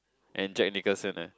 and Jack-Nicholson ah